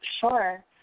Sure